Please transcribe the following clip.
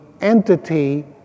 entity